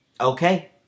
okay